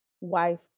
wife